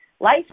life